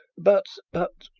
but! but!